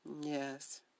Yes